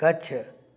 गच्छ